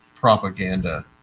propaganda